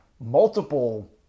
multiple